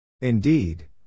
Indeed